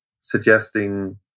suggesting